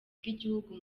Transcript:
bw’igihugu